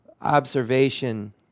observation